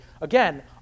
Again